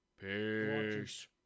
Peace